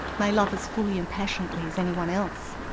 may love as fully and passionately as anyone else.